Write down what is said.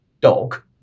Dog